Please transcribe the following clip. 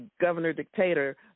governor-dictator